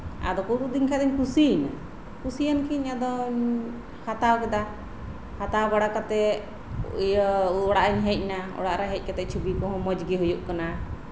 ᱟᱫᱚ ᱠᱚ ᱩᱫᱩᱜ ᱟᱫᱤᱧ ᱠᱷᱟᱱ ᱫᱩᱧ ᱠᱩᱥᱤᱭᱮᱱᱟ ᱠᱩᱥᱤᱭᱮᱱᱛᱤᱧ ᱟᱫᱚᱧ ᱦᱟᱛᱟᱣ ᱠᱮᱫᱟ ᱦᱟᱛᱟᱣ ᱵᱟᱲᱟ ᱠᱟᱛᱮ ᱤᱭᱟᱹ ᱚᱲᱟᱜ ᱤᱧ ᱦᱮᱡ ᱮᱱᱟ ᱚᱲᱟᱜ ᱨᱮ ᱦᱚᱡ ᱠᱟᱛᱮ ᱪᱷᱚᱵᱤ ᱠᱚᱦᱚᱸ ᱢᱚᱸᱡ ᱜᱮ ᱦᱩᱭᱩᱜ ᱠᱟᱱᱟ